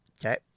Okay